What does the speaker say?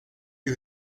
you